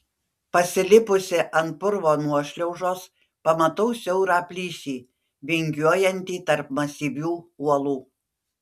pasilipusi ant purvo nuošliaužos pamatau siaurą plyšį vingiuojantį tarp masyvių uolų